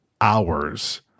hours